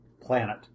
planet